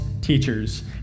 teachers